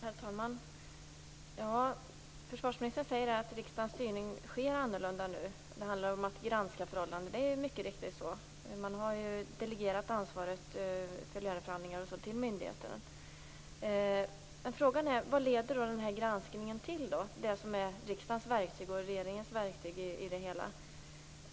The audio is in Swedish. Herr talman! Försvarsministern säger att riksdagens styrning sker annorlunda nu. Det handlar om att granska förhållandena. Det är mycket riktigt så. Man har ju delegerat ansvaret för löneförhandlingar och sådant till myndigheten. Men frågan är: Vad leder den här granskningen till? Det är ju den som är riksdagens och regeringens verktyg.